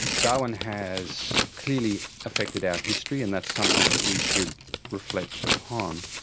darwin has clearly affected our history, and that's something that we should reflect upon,